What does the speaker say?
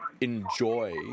enjoy